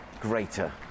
greater